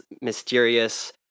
mysterious